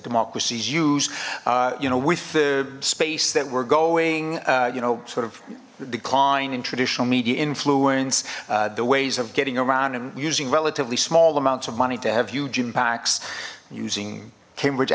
democracies use you know with the space that we're going you know sort of decline in traditional media influence the ways of getting around and using relatively small amounts of money to have huge impacts using cambridge